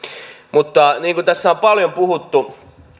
mutta kun tässä on paljon puhuttu